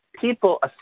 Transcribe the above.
People